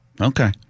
Okay